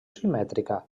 simètrica